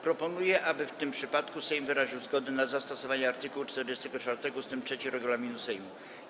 Proponuję, aby w tym przypadku Sejm wyraził zgodę na zastosowanie art. 44 ust. 3 regulaminu Sejmu.